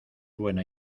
buena